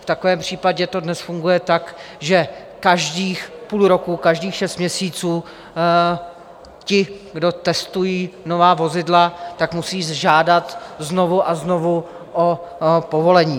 V takovém případě to dnes funguje tak, že každého půl roku, každých šest měsíců ti, kdo testují nová vozidla, musí žádat znovu a znovu o povolení.